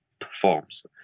performs